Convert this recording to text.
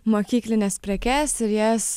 mokyklines prekes ir jas